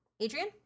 adrian